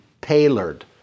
tailored